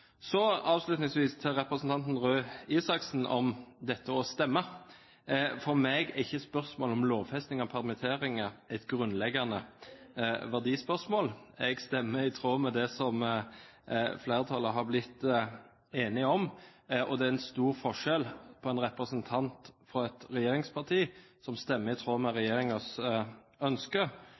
Avslutningsvis til representanten Røe Isaksen om dette å stemme: For meg er ikke spørsmålet om lovfesting av permitteringer et grunnleggende verdispørsmål. Jeg stemmer i tråd med det som flertallet har blitt enige om. Og det er stor forskjell på det at en representant fra et regjeringsparti stemmer i tråd med